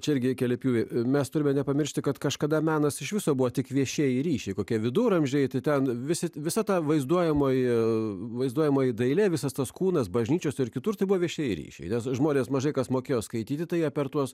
čia irgi keli pjūviai mes turime nepamiršti kad kažkada menas iš viso buvo tik viešieji ryšiai kokie viduramžiai tai ten visi visata vaizduojamoji ir vaizduojamoji dailė visas tas kūnas bažnyčios ir kitur tai buvo vieši ir išvydę žmonės mažai kas mokėjo skaityti tai per tuos